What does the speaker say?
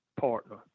partner